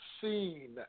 seen